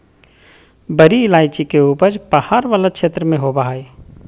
बड़ी इलायची के उपज पहाड़ वाला क्षेत्र में होबा हइ